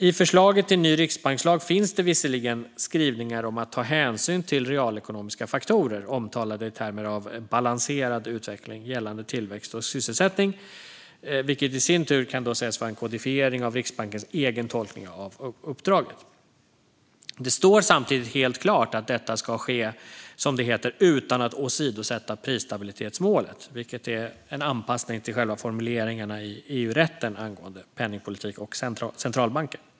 I förslaget till ny riksbankslag finns det visserligen skrivningar om att ta hänsyn till realekonomiska faktorer, omtalade i termer av balanserad utveckling gällande tillväxt och sysselsättning, vilket i sin tur kan sägas vara en kodifiering av Riksbankens egen tolkning av uppdraget. Det står samtidigt helt klart att detta ska ske, som det heter, utan att åsidosätta prisstabilitetsmålet, vilket är en anpassning till själva formuleringarna i EU-rätten angående penningpolitik och centralbanker.